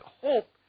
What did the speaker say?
hope